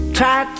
try